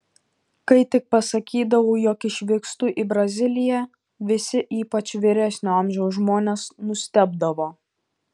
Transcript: kai tik pasakydavau jog išvykstu į braziliją visi ypač vyresnio amžiaus žmonės nustebdavo